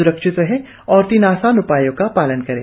स्रक्षित रहें और तीन आसान उपायों का पालन करें